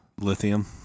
Lithium